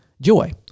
joy